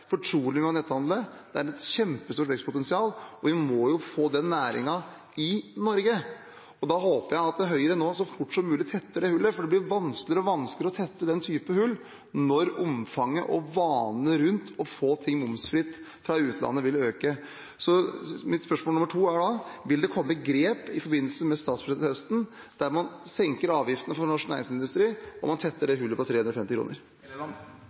fortrolige med å handle på nettet. Det er et kjempestort vekstpotensial, og vi må få den næringen i Norge. Jeg håper at Høyre nå så fort som mulig tetter det hullet, for det blir vanskeligere og vanskeligere å tette den typen hull når omfanget og vanene rundt å få ting momsfritt fra utlandet vil øke. Mitt spørsmål nummer to er da: Vil det komme grep i forbindelse med statsbudsjettet til høsten der man senker avgiftene for norsk næringsmiddelindustri og tetter hullet på 350